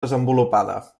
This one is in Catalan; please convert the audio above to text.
desenvolupada